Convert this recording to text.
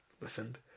listened